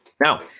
Now